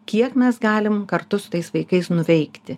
kiek mes galim kartu su tais vaikais nuveikti